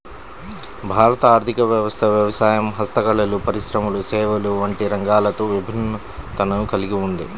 భారత ఆర్ధిక వ్యవస్థ వ్యవసాయం, హస్తకళలు, పరిశ్రమలు, సేవలు వంటి రంగాలతో విభిన్నతను కల్గి ఉంది